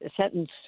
sentence